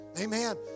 amen